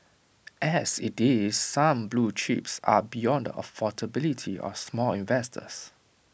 as IT is some blue chips are beyond the affordability of small investors